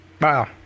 Wow